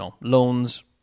loans